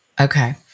Okay